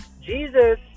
Jesus